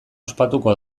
ospatuko